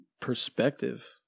perspective